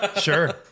sure